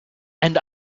and